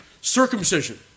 Circumcision